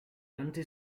anti